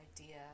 idea